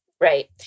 Right